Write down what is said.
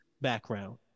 background